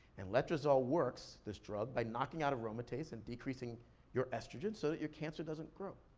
and letrozole works, this drug, by knocking out aromatase and decreasing your estrogen so that your cancer doesn't grow.